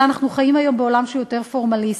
אבל אנחנו חיים היום בעולם שהוא יותר פורמליסטי,